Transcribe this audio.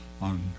on